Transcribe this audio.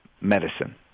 medicine